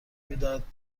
میدهد